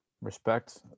respect